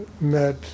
met